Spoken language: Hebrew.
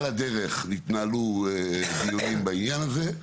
על הדרך, התנהלו דיונים בעניין הזה,